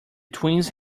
twins